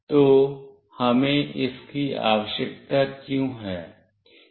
तो हमें इसकी आवश्यकता क्यों है